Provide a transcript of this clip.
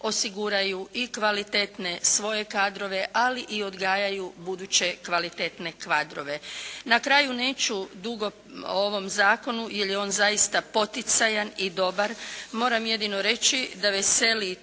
osiguraju i kvalitetne svoje kadrove, ali i odgajaju buduće kvalitetne kadrove. Na kraju neću dugo o ovom Zakonu jer je on zaista poticajan i dobar. Moram jedino reći da veseli